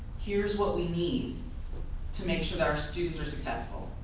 here's what we need to make sure that our students are successful.